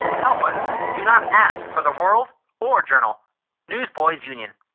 help us. do not ask for the world or journal newsboys' union.